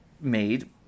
made